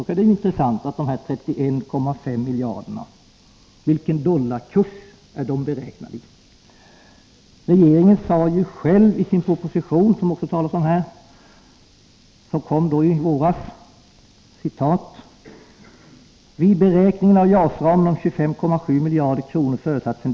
Det vore intressant att få veta vilken dollarkurs de här 31,5 miljarderna är beräknade efter.